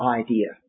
idea